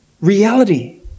reality